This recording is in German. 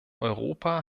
europa